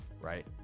right